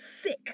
sick